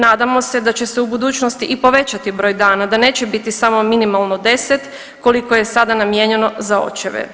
Nadamo se da će se u budućnosti i povećati broj dana, da neće biti samo minimalno 10 koliko je sada namijenjeno za očeve.